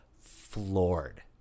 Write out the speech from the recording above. floored